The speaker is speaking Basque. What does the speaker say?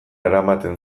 eramaten